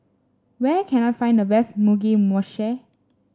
where can I find the best Mugi Meshi